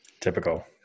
Typical